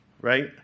right